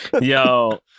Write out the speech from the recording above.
Yo